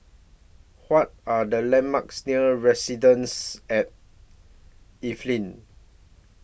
What Are The landmarks near Residences At Evelyn